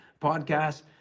podcast